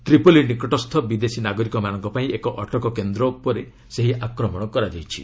Tripoli ନିକଟସ୍ଥ ବିଦେଶୀ ନାଗରିକମାନଙ୍କ ପାଇଁ ଏକ ଅଟକ କେନ୍ଦ୍ର ଉପରେ ସେହି ଆକ୍ରମଣ କରାଯାଇଛି